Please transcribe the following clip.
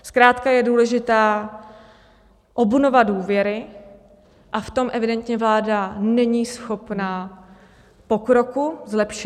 Zkrátka je důležitá obnova důvěry a v tom evidentně vláda není schopna pokroku, zlepšení.